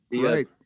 right